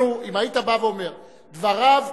אם היית בא ואומר: דבריו,